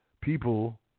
people